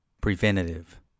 preventative